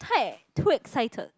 too excited